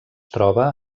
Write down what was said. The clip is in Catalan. troba